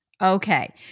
Okay